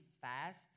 fast